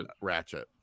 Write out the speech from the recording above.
ratchet